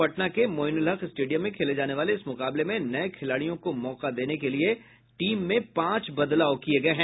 पटना के मोईनुलहक स्टेडियम में खेले जाने वाले इस मुकाबले में नये खिलाड़ियों को मौका देने के लिए टीम में पांच बदलाव किये हैं